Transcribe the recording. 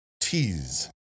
tease